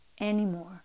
anymore